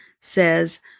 says